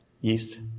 Yeast